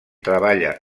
treballa